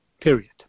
Period